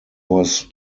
was